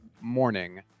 morning